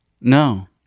No